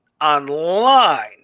online